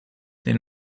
den